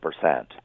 percent